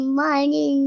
money